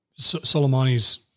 Soleimani's